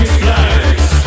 flags